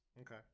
okay